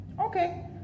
Okay